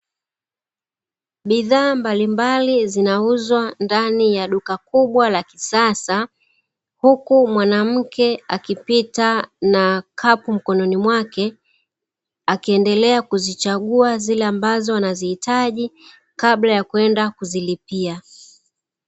Bidhaa mbalimbali zinauzwa ndani ya duka kubwa la kisasa huku mwanamke akipita na kapu mkononi mwake akiendelea kuzichagua zile ambazo anazihitaji kabla ya kwenda kuzilipia.